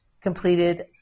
completed